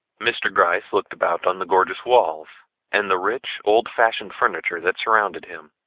mr. gryce looked about on the gorgeous walls and the rich old fashioned furniture that surrounded him,